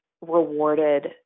rewarded